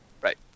Right